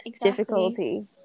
difficulty